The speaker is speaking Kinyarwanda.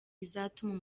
izatuma